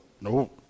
no